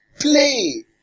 Play